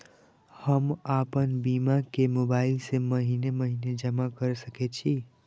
हम आपन बीमा के मोबाईल से महीने महीने जमा कर सके छिये?